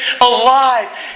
alive